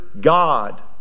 God